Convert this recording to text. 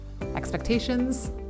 expectations